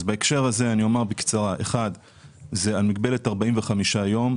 בהקשר הזה אני אומר בקצרה לגבי מגבלת ה-45 ימים.